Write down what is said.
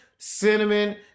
Cinnamon